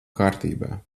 kārtībā